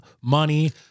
money